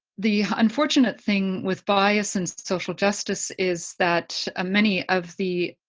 the unfortunate thing with bias and social justice is that ah many of the